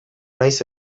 naiz